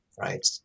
right